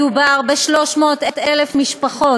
מדובר ב-300,000 משפחות.